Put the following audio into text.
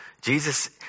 Jesus